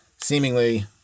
seemingly